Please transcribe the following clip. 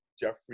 Jeffrey